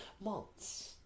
months